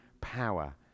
power